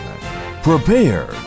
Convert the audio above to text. Prepare